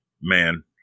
man